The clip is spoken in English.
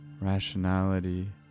rationality